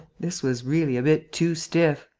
this was really a bit too stiff!